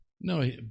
No